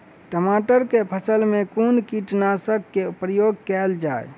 टमाटर केँ फसल मे कुन कीटनासक केँ प्रयोग कैल जाय?